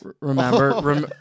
remember